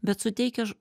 bet suteikia ž